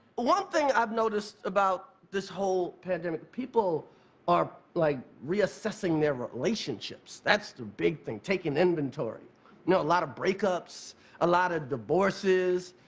one thing i've noticed about this whole pandemic. people are like reassessing their relationships. that's the big thing taking inventory you know, a lot of break-ups a lot of divorces.